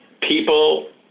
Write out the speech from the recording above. people